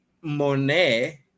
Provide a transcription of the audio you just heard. Monet